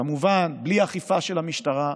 כמובן בלי אכיפה של המשטרה,